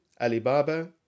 Alibaba